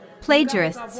Plagiarists